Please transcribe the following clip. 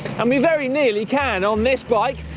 and we very nearly can, on this bike,